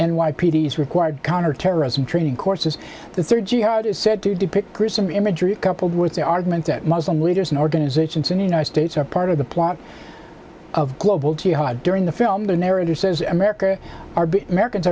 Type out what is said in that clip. t s required counterterrorism training courses the third jihad is said to depict gruesome imagery coupled with the argument that muslim leaders and organizations in the united states are part of the plot of global jihad during the film the narrator says america are americans